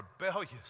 rebellious